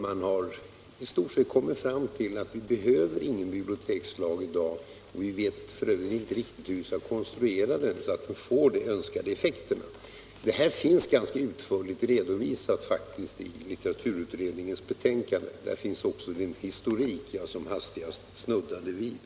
Man har i stort sett kommit fram till att vi inte behöver någon bibliotekslag i dag. Vi vet f.ö. inte riktigt hur vi skall konstruera den så att den får de önskade effekterna. Det här finns ganska utförligt redovisat i litteraturutredningens betänkande. Där finns också den historik som jag som hastigast snuddade vid.